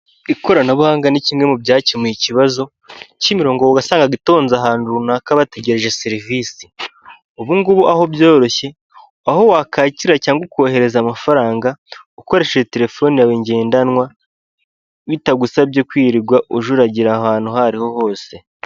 Ikoranabuhanga ni kimwe mu byakemuye ikibazo cy'imirongo wasangaga itonze ahantu runaka bategereje serivisi. Ubu ngubu aho byoroshye, aho wakwakira cyangwa ukohereza amafaranga ukoresheje terefone yawe ngendanwa, bitagusabye kwirirwa ujuragira ahantu aho ariho hose.